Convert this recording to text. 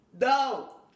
no